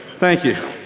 thank you.